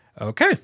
okay